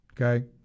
Okay